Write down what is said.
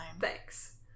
Thanks